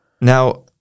Now